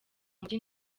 mujyi